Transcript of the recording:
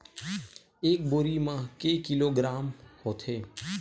एक बोरी म के किलोग्राम होथे?